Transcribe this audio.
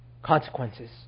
Consequences